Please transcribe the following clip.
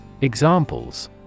Examples